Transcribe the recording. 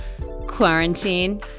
Quarantine